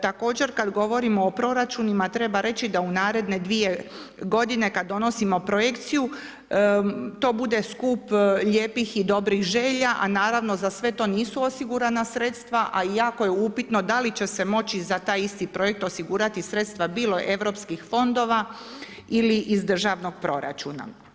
Također kad govorimo o proračunima treba reći da u naredne dvije godine kad donosimo projekciju to bude skup lijepih i dobrih želja, a naravno za sve to nisu osigurana sredstva, a i jako je upitno da li će se moći za taj isti projekt osigurati sredstva bilo europskih fondova ili iz državnog proračuna.